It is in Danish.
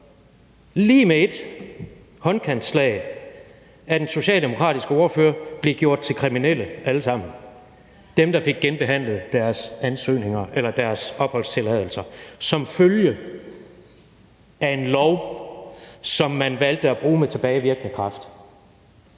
lige med et håndkantslag af den socialdemokratiske ordfører blev gjort til kriminelle alle sammen – dem, der fik genbehandlet deres opholdstilladelser som følge af en lov, som man valgte at bruge med tilbagevirkende kraft,